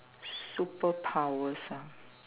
superpowers ah